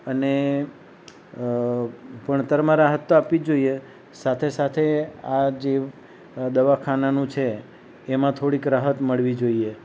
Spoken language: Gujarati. અને ભણતરમાં રાહત તો આપવી જ જોઈએ સાથે સાથે આજે દવાખાનાનું છે એમાં થોડીક રાહત મળવી જોઈએ